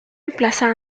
emplazado